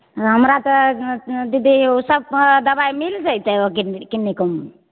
नहि हमरा तऽ दीदी ओ सब दबाई मील जैतै ओ किन्नी किन्नी कम